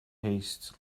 haste